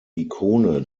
ikone